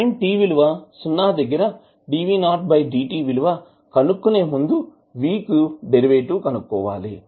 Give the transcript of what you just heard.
time t విలువ సున్నా దగ్గర విలువ కనుక్కునేముందు v కుడెరివేటివ్ కనుక్కోవాలి